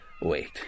Wait